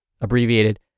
abbreviated